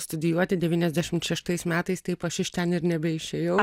studijuoti devyniasdešimt šeštais metais taip aš iš ten ir nebeišėjau